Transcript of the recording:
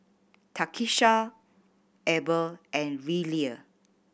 Takisha Eber and Lillia